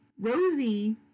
Rosie